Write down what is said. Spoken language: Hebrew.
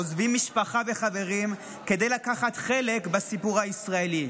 עוזבים משפחה וחברים כדי לקחת חלק בסיפור הישראלי.